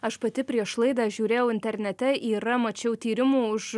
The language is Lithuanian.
aš pati prieš laidą žiūrėjau internete yra mačiau tyrimų už